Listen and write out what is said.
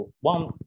one